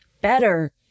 better